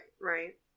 Right